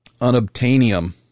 unobtainium